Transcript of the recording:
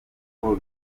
uko